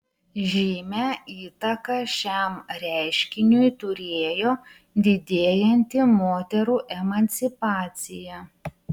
žymią įtaką šiam reiškiniui turėjo didėjanti moterų emancipacija